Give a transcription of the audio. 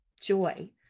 joy